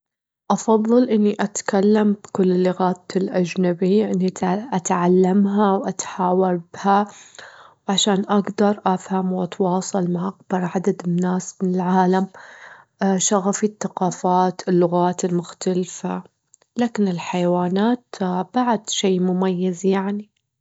أفظل إني أتكلم كل اللغات الأجنبية، إني أتعلمها وأتحاور بها، وعشان أجدر أفهم وأتواصل مع أكبر عدد من الناس من العالم، شغفي التقافات اللغات المختلفة، لكن الحيوانات بعد شي مميز يعني.